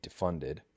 Defunded